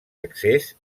accés